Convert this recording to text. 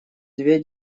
две